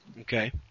Okay